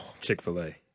Chick-fil-A